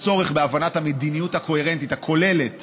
הבנת המדיניות הקוהרנטית הכוללת